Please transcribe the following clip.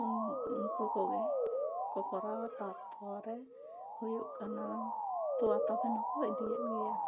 ᱩᱱᱠᱩ ᱠᱚᱜᱮ ᱠᱚ ᱠᱚᱨᱟᱣᱟ ᱛᱟᱨᱯᱚᱨᱮ ᱦᱩᱭᱩᱜ ᱠᱟᱱᱟ ᱛᱚᱣᱟ ᱛᱟᱵᱮᱱ ᱦᱚᱸᱠᱚ ᱤᱫᱤᱭᱮᱫ ᱜᱮᱭᱟ